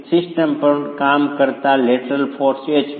system પર કામ કરતા લેટરલ ફોર્સ H માટે